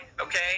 okay